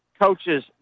coaches